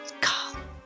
Carl